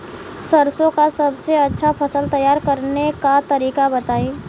सरसों का सबसे अच्छा फसल तैयार करने का तरीका बताई